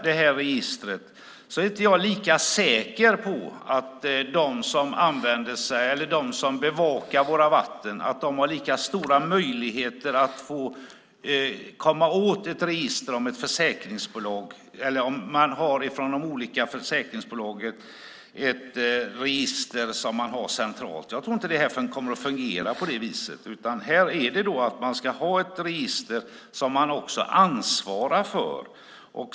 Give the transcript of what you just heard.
Jag är inte lika säker på att de som bevakar våra vatten har lika stora möjligheter att komma åt ett register som de olika försäkringsbolagen har centralt. Jag tror inte att det kommer att fungera på det viset, utan jag tycker att man ska ha ett register som man också ansvarar för.